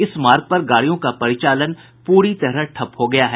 इस मार्ग पर गाड़ियों का परिचालन पूरी तरह ठप्प हो गया है